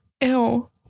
Ew